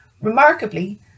Remarkably